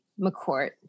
McCourt